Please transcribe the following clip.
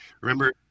remember